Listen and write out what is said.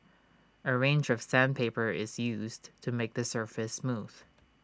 A range of sandpaper is used to make the surface smooth